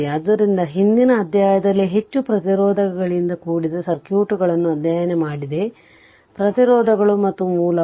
ಆದ್ದರಿಂದ ಹಿಂದಿನ ಅಧ್ಯಾಯದಲ್ಲಿ ಹೆಚ್ಚು ಪ್ರತಿರೋಧಗಳಿಂದ ಕೂಡಿದ ಸರ್ಕ್ಯೂಟ್ಗಳನ್ನು ಅಧ್ಯಯನ ಮಾಡಿದೆ ಪ್ರತಿರೋಧಗಳು ಮತ್ತು ಮೂಲಗಳು